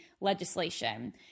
legislation